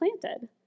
planted